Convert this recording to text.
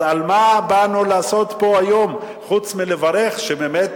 אז מה באנו לעשות פה היום חוץ מלברך שבאמת